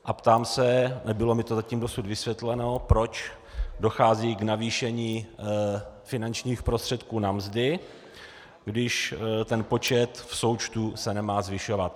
Ptám se, nebylo mi to dosud vysvětleno, proč dochází k navýšení finančních prostředků na mzdy, když počet v součtu se nemá zvyšovat.